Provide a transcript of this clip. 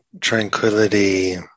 tranquility